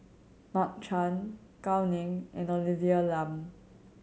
Mark Chan Gao Ning and Olivia Lum